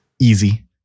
easy